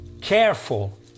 careful